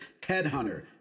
Headhunter